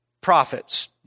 prophets